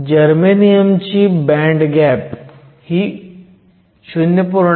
germanium ची band gap ही 0